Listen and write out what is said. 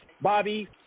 Bobby